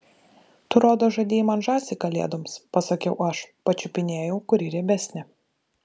tu rodos žadėjai man žąsį kalėdoms pasakiau aš pačiupinėjau kuri riebesnė